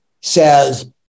says